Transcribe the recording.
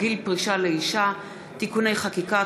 והביטחון וועדת העבודה, הרווחה והבריאות נתקבלה.